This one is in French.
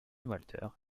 walter